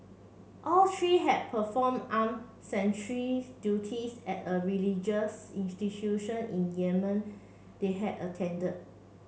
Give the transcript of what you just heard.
all three had performed armed sentry duties at a religious institution in Yemen they had attended